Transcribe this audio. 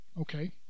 Okay